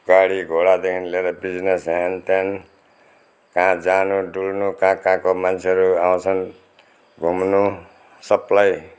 गाडी घोडादेखि लिएर बिजनेस हेनतेन कहाँ जानु डुल्नु कहाँ कहाँको मान्छेहरू आउँछन् घुम्नु सबलाई